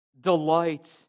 delight